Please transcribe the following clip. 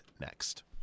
next